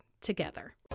together